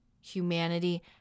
Humanity